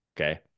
Okay